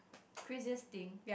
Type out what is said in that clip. craziest thing